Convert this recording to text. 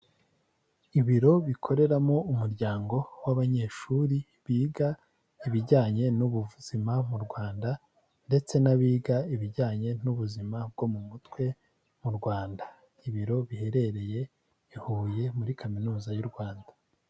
Ibiro bikoreramo umuryango w'abanyeshuri biga ibijyanye n'ubuzima mu Rwanda, ndetse n'abiga ibijyanye n'ubuzima bwo mu mutwe mu Rwanda, ibiro biherereye i Huye muri kaminuza y'u Rwanda.